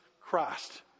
Christ